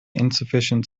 insufficient